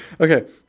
Okay